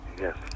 Yes